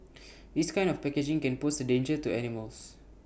this kind of packaging can pose A danger to animals